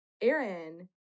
Aaron